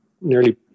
nearly